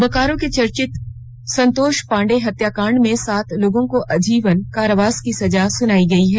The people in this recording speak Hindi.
बोकारो के चर्चित संतोष पांडे हत्याकांड में सात लोगों को आजीवन कारावास की सजा सुनाई गई है